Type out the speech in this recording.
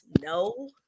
No